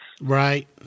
Right